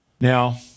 Now